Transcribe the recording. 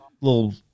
Little